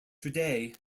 today